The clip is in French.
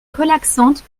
relaxante